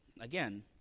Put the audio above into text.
again